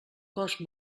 cos